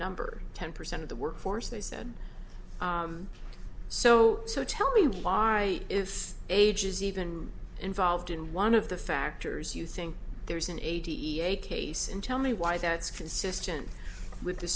number ten percent of the workforce they said so so tell me why if age is even involved in one of the factors you think there's an eighty eight case and tell me why that's consistent with the